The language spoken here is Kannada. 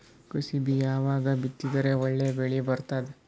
ಕುಸಬಿ ಯಾವಾಗ ಬಿತ್ತಿದರ ಒಳ್ಳೆ ಬೆಲೆ ಬರತದ?